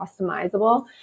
customizable